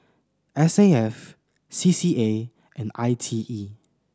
S A F C C A and I T E